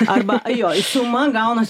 arba jo suma gaunas